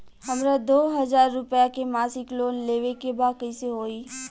हमरा दो हज़ार रुपया के मासिक लोन लेवे के बा कइसे होई?